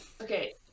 Okay